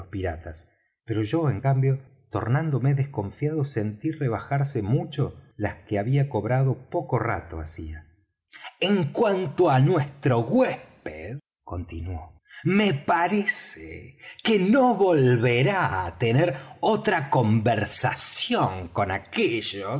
piratas pero yo en cambio tornándome desconfiado sentí rebajarse mucho las que había cobrado poco rato hacía en cuanto á nuestro huésped continuó me parece que no volverá á tener otra conversación con aquellos